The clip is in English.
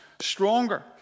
stronger